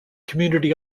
community